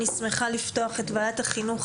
אני שמחה לפתוח את ישיבת ועדת החינוך,